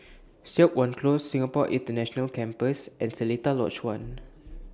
Siok Wan Close Singapore International Campus and Seletar Lodge one